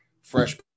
fresh